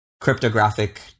cryptographic